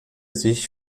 sich